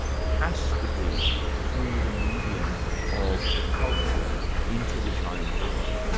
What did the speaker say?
has to be through the medium of the culture into which i am born.